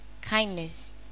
kindness